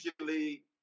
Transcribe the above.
usually